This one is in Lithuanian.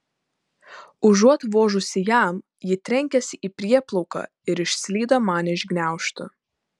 užuot vožusi jam ji trenkėsi į prieplauką ir išslydo man iš gniaužtų